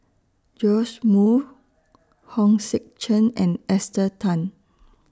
Joash Moo Hong Sek Chern and Esther Tan